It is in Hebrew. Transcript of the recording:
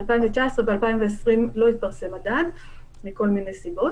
ב-2019 ב-2020 לא התפרסם מדד מכל מיני סיבות